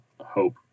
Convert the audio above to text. hope